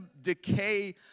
decay